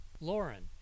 Lauren